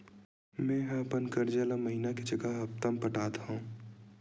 मेंहा अपन कर्जा ला महीना के जगह हप्ता मा पटात हव